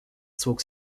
zog